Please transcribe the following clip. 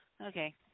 Okay